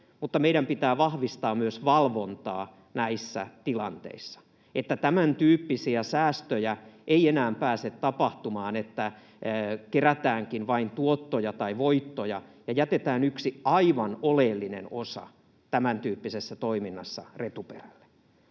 mutta meidän pitää vahvistaa myös valvontaa näissä tilanteissa, että tämäntyyppisiä säästöjä ei enää pääse tapahtumaan, että kerätäänkin vain tuottoja tai voittoja ja jätetään yksi aivan oleellinen osa tämäntyyppisessä toiminnassa retuperälle.